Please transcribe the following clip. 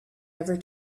ever